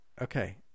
Okay